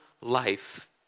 life